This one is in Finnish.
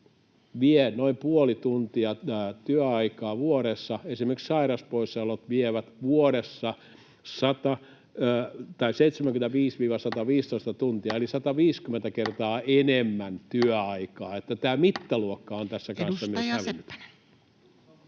vie noin puoli tuntia työaikaa vuodessa. Esimerkiksi sairauspoissaolot vievät vuodessa 75—115 tuntia eli 150 kertaa enemmän työaikaa. Tämä mittaluokka on tässä kanssa minusta hävinnyt.